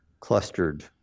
clustered